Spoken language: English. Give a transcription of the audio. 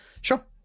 sure